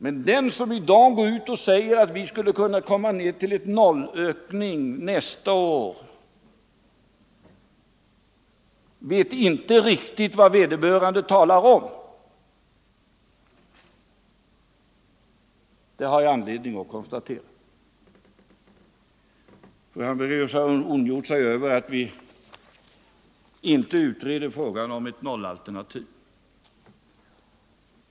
Men den som i dag går ut och säger att vi skulle kunna komma ner till ingen ökning nästa år vet inte riktigt vad han talar om; det har jag anledning att konstatera. Fru Hambraeus har ondgjort sig över att vi inte utreder frågan om ett nollalternativ.